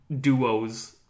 duos